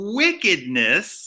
wickedness